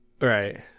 right